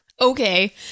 okay